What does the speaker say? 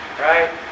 right